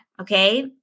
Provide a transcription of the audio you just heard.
Okay